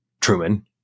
truman